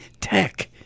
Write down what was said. tech